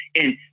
And-